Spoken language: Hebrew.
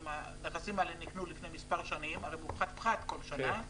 אם הנכסים האלה נקנו לפני מספר שנים הרי מופחת פחת כל שנה.